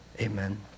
Amen